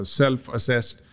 self-assessed